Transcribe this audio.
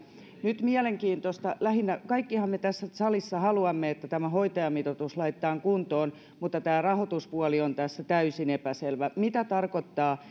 nyt mielenkiintoista on lähinnä se että kaikkihan me tässä salissa haluamme että tämä hoitajamitoitus laitetaan kuntoon mutta tämä rahoituspuoli on tässä täysin epäselvä mitä tarkoittaa